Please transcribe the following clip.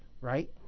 right